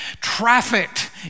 trafficked